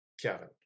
kevin